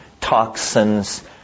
toxins